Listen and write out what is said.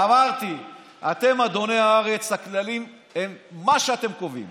אמרתי: אתם אדוני הארץ, הכללים הם מה שאתם קובעים.